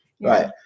Right